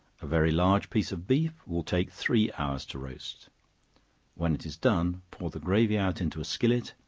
a very large piece of beef will take three hours to roast when it is done, pour the gravy out into a skillet,